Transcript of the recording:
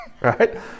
right